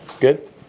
Good